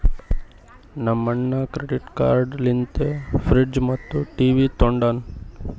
ನಮ್ ಅಣ್ಣಾ credit card ಲಿಂತೆ ಫ್ರಿಡ್ಜ್ ಮತ್ತ ಟಿವಿ ತೊಂಡಾನ